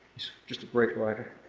just a great writer.